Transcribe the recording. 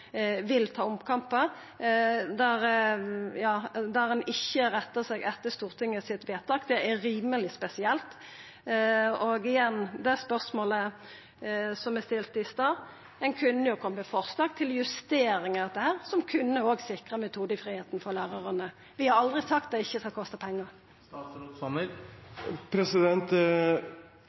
vil ta omkampar og ikkje rettar seg etter Stortingets vedtak. Det er rimeleg spesielt. Og igjen, når det gjeld det spørsmålet eg stilte i stad: Ein kunne jo ha kome med forslag til justeringar av dette som òg kunne ha sikra metodefridomen for lærarane. Vi har aldri sagt at det ikkje skal kosta pengar.